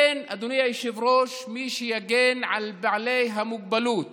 אדוני היושב-ראש, אין מי שיגן על בעלי המוגבלות